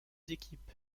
équipes